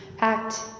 act